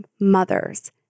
mothers